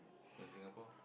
in Singapore